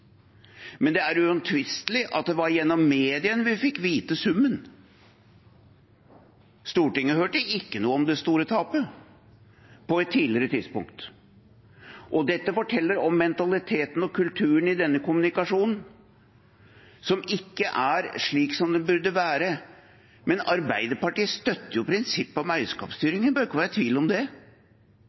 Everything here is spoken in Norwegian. Men det er uomtvistelig slik at det var gjennom mediene vi fikk vite summen. Stortinget hørte ikke noe om det store tapet på et tidligere tidspunkt. Dette forteller om mentaliteten og kulturen i denne kommunikasjonen, som ikke er slik som den burde være. Men Arbeiderpartiet støtter jo prinsippet om eierskapsstyringen, det bør ikke være tvil om det.